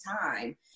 time